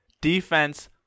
Defense